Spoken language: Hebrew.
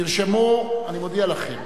נרשמו, אני מודיע לכם,